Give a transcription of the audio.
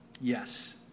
Yes